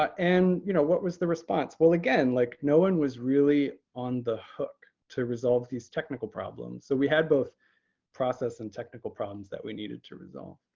and you know what was the response? well, again, like no one was really on the hook to resolve these technical problems. so we had both process and technical problems that we needed to resolve.